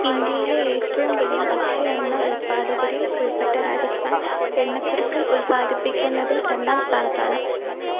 ഇന്ത്യയിലെ ഏറ്റവും വലിയ ഭക്ഷ്യ എണ്ണ ഉത്പാദകരില് ഉള്പ്പെട്ട രാജസ്ഥാൻ എണ്ണക്കുരുക്കൾ ഉത്പാദിപ്പിക്കുന്നത്തില് രണ്ടാം സ്ഥാനത്താണ്